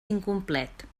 incomplet